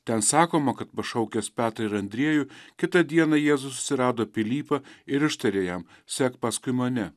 ten sakoma kad pašaukęs petrą ir andriejų kitą dieną jėzus susirado pilypą ir ištarė jam sek paskui mane